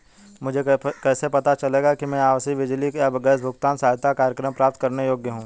मुझे कैसे पता चलेगा कि मैं आवासीय बिजली या गैस भुगतान सहायता कार्यक्रम प्राप्त करने के योग्य हूँ?